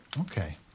Okay